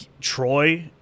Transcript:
Troy